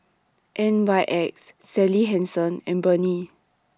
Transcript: N Y X Sally Hansen and Burnie